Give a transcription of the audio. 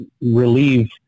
relieve